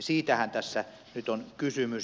siitähän tässä nyt on kysymys